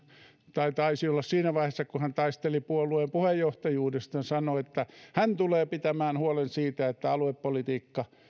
tai taisi olla siinä vaiheessa kun hän taisteli puolueen puheenjohtajuudesta niin hän sanoi että hän tulee pitämään huolen siitä että aluepolitiikka